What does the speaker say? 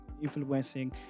influencing